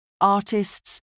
artists